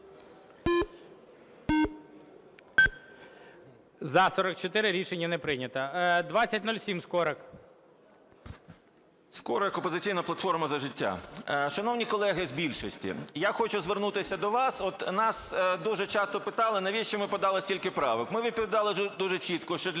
За-44 Рішення не прийнято. 2007, Скорик. 12:33:22 СКОРИК М.Л. Скорик, "Опозиційна платформа - За життя". Шановні колеги з більшості, я хочу звернутися до вас. От нас дуже часто питали, навіщо ми подали стільки правок. Ми відповідали дуже чітко, що для